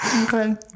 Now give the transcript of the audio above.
Okay